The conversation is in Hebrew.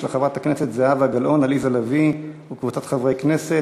של חברות הכנסת זהבה גלאון ועליזה לביא וקבוצת חברות הכנסת.